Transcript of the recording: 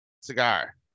cigar